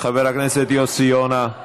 חבר הכנסת יוסי יונה,